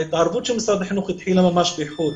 ההתערבות של משרד החינוך התחילה ממש באיחור,